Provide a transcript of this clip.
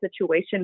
situation